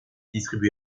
distribué